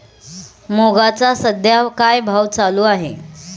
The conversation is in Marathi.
मुगाचा सध्या काय भाव चालू आहे?